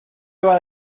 iba